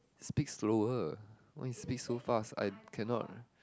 speak slower why you speak so fast I can not